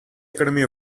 academy